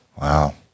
Wow